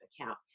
account